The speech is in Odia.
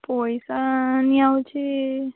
ପଇସା ନିଆହେଉଛି